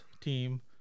team